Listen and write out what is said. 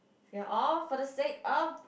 we are all for the sake of